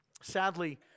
Sadly